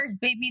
baby